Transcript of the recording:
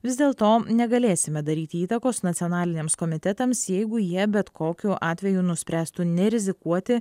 vis dėlto negalėsime daryti įtakos nacionaliniams komitetams jeigu jie bet kokiu atveju nuspręstų nerizikuoti